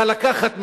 לקחת מהם,